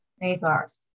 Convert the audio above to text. neighbors